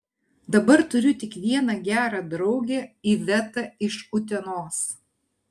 dabar turiu tik vieną gerą draugę ivetą iš utenos